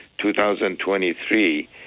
2023